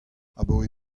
abaoe